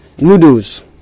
noodles